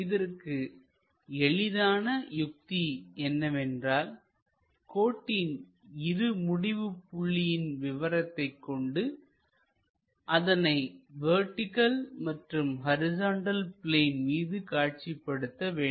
இதற்கு எளிதான யுக்தி என்னவென்றால் கோட்டின் ஒரு முடிவு புள்ளியின் விவரத்தைக் கொண்டு அதனை வெர்டிகள் மற்றும் ஹரிசாண்டல் பிளேன் மீது காட்சிப்படுத்த வேண்டும்